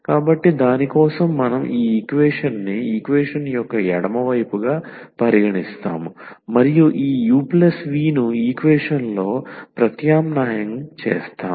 కాబట్టి దాని కోసం మనం ఈ ఈక్వేషన్ని ఈక్వేషన్ యొక్క ఎడమ వైపుగా పరిగణిస్తాము మరియు ఈ uv ను ఈక్వేషన్లో ప్రత్యామ్నాయం చేస్తాము